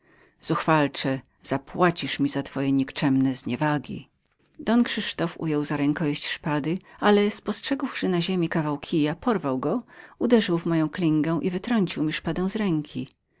zuchwalcze zapłacisz mi twoje nikczemne zniewagi don krzysztof ujął za rękojeść szpady ale spostrzegłszy na ziemi kawał kija porwał go uderzył w moją klingę i wytrącił mi szpadę z ręki